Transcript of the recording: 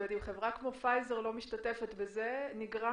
אם חברה כמו פייזר לא משתתפת בזה, נראה